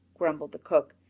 grumbled the cook,